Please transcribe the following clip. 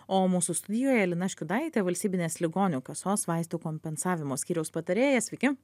o mūsų studijoje lina škiudaitė valstybinės ligonių kasos vaistų kompensavimo skyriaus patarėja sveiki